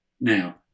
Now